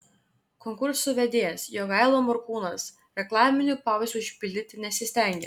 konkurso vedėjas jogaila morkūnas reklaminių pauzių užpildyti nesistengė